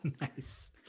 Nice